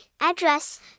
address